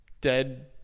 dead